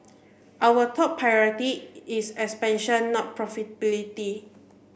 our top priority is expansion not profitability